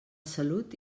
salut